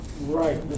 right